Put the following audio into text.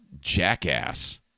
jackass